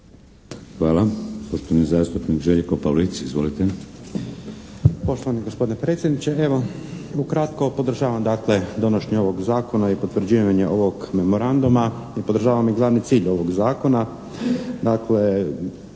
Hvala. Poštovani zastupnik Željko Pavlic. Izvolite!